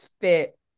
fit